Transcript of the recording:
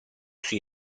sui